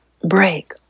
break